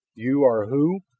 you are who?